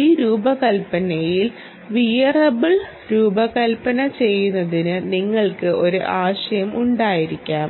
ഈ രൂപകൽപ്പനയിൽ വിയറബിൾ രൂപകൽപ്പന ചെയ്യുന്നതിന് നിങ്ങൾക്ക് ഒരു ആശയം ഉണ്ടായിരിക്കാം